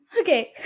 okay